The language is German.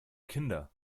kinder